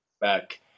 back